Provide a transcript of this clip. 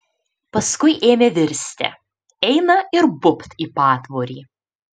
paskui ėmė virsti eina ir bubt į patvorį